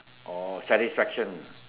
or satisfaction